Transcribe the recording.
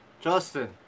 Justin